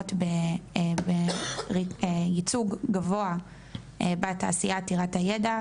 שמיוצגות בייצוג גבוה בתעשייה עתירת הידע,